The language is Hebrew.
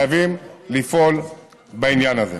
חייבים לפעול בעניין הזה.